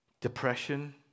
depression